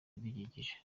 ibidukikije